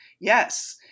Yes